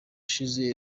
ushize